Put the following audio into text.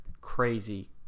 crazy